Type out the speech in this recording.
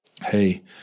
hey